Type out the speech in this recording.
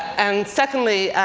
and secondly,